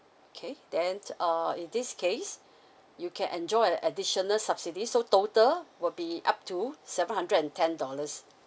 okay then uh in this case you can enjoy an additional subsidies so total will be up to seven hundred and ten dollars